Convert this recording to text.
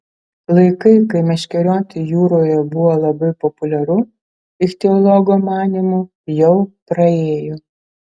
laikai kai meškerioti jūroje buvo labai populiaru ichtiologo manymu jau praėjo